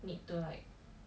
need to like